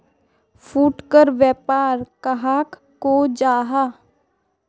फुटकर व्यापार कहाक को जाहा?